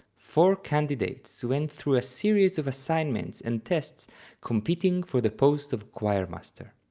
four candidates went through a series of assignments and tests competing for the post of choirmaster.